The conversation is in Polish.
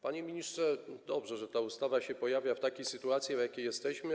Panie ministrze, dobrze, że ta ustawa się pojawia w takiej sytuacji, w jakiej jesteśmy.